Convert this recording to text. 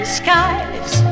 skies